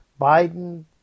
Biden